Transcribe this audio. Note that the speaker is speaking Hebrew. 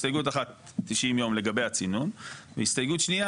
הסתייגות 90 יום לגבי הצינון והסתייגות שנייה